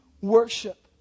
worship